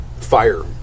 fire